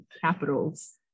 capitals